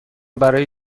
برای